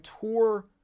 tour